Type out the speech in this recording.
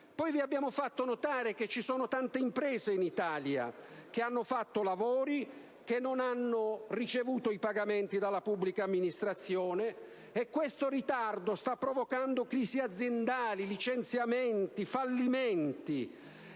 vi abbiamo fatto notare che tante imprese che hanno fatto lavori non hanno ricevuto i pagamenti dalla pubblica amministrazione e questo ritardo sta provocando crisi aziendali, licenziamenti, fallimenti.